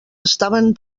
estaven